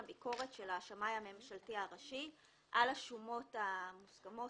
הביקורת של השמאי הממשלתי הראשי על השומות המוסכמות,